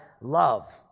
love